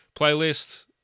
playlist